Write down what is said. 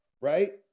right